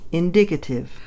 indicative